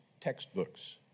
textbooks